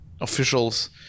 officials